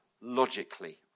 logically